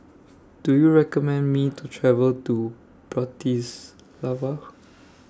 Do YOU recommend Me to travel to Bratislava